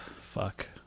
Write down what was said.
fuck